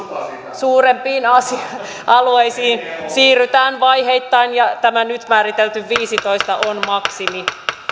suurempiin alueisiin siirrytään vaiheittain ja tämä nyt määritelty viisitoista on maksimi